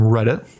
Reddit